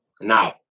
Now